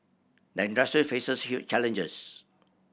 the industry faces huge challenges